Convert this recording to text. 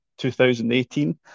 2018